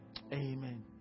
Amen